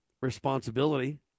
responsibility